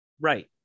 Right